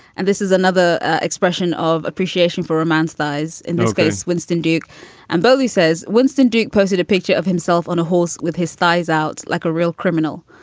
and this is another expression of appreciation for romance dies in this case. winston duke amberleigh says winston duke posted a picture of himself on a horse with his thighs out like a real criminal.